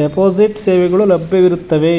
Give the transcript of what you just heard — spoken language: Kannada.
ಡೆಪೋಸಿಟ್ ಸೇವೆಗಳು ಲಭ್ಯವಿರುತ್ತವೆ